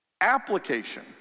Application